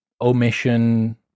omission